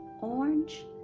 orange